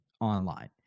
online